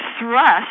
thrust